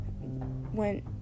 went